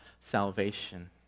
salvation